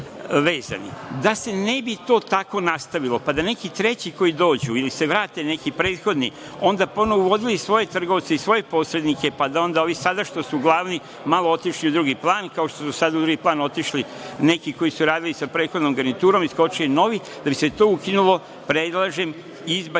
se ne bi to tako nastavilo, pa da neki treći koji dođu ili se vrate neki prethodni, onda ponovo odvoji svoje trgovce i svoje posrednike, pa da onda ovi sada što su glavni, malo otišli u drugi plan, kao što su do sada u drugi plan otišli neki koji su radili sa prethodnom garniturom, iskočili novi, da bi se to ukinulo, predlažem, izbacivanje,